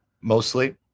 mostly